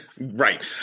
right